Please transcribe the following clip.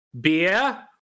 beer